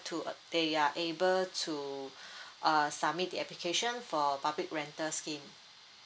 to they are able to uh submit the application for public rental scheme